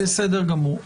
בסדר גמור.